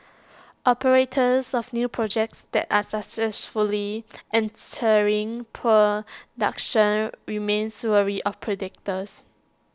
operators of new projects that are successfully entering production remains wary of predators